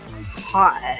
hot